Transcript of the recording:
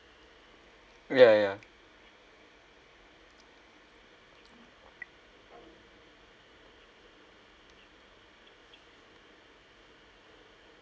ya ya